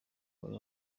wari